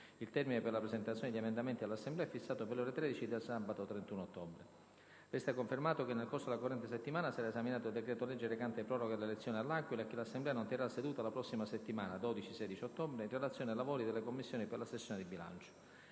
Il termine per la presentazione degli emendamenti all'Assemblea è fissato per le ore 13 di sabato 31 ottobre. Resta confermato che nel corso della corrente settimana sarà esaminato il decreto-legge recante proroga delle elezioni a L'Aquila e che l'Assemblea non terrà seduta la prossima settimana (12-16 ottobre) in relazione ai lavori delle Commissioni per la sessione di bilancio.